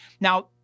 Now